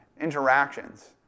interactions